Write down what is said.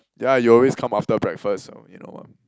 yeah you always come after breakfast so you know one